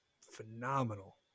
phenomenal